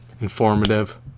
informative